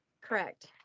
Correct